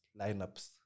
lineups